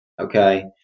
okay